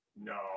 No